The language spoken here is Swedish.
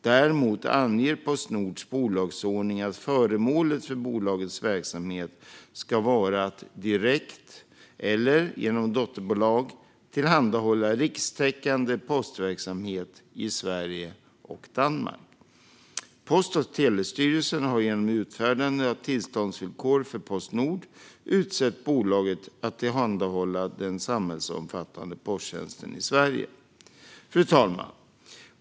Däremot anger Postnords bolagsordning att föremålet för bolagets verksamhet ska vara att direkt eller genom dotterbolag tillhandahålla rikstäckande postverksamhet i Sverige och Danmark. Post och telestyrelsen har genom utfärdande av tillståndsvillkor för Postnord utsett bolaget att tillhandahålla den samhällsomfattande posttjänsten i Sverige. Fru talman!